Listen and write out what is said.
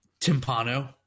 Timpano